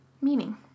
meaning